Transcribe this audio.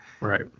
right